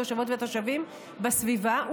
תושבות ותושבים בסביבה.